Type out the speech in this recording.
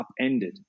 upended